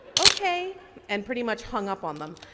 okay and pretty much hung up on them.